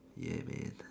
ya man